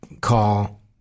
call